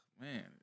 man